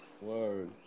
Word